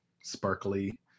sparkly